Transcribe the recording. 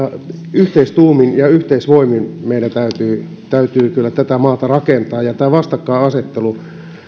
yhteistuumin ja yhteisvoimin meidän täytyy täytyy kyllä tätä maata rakentaa ja tämä vastakkainasettelu